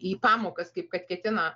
į pamokas kaip kad ketina